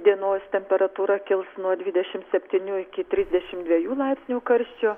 dienos temperatūra kils nuo dvidešimt septynių iki trisdešim dviejų laipsnių karščio